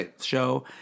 show